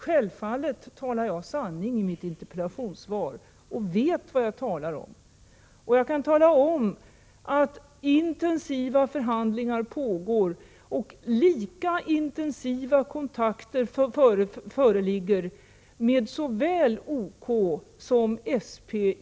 Självfallet talar jag sanning i mitt interpellationssvar och vet vad jag talar om. Från regeringskansliets sida pågår intensiva förhandlingar och lika intensiva kontakter med såväl OK som SP.